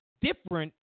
different